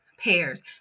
pairs